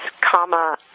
comma